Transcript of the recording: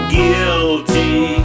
guilty